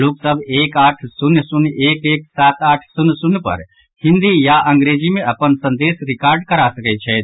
लोक सभ एक आठ शून्य शून्य एक एक सात आठ शून्य शून्य पर हिन्दी या अंग्रेजी मे अपन संदेश रिकॉर्ड करा सकैत छथि